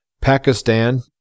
Pakistan